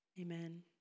Amen